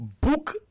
Book